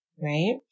right